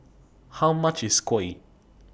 How much IS Kuih